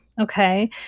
Okay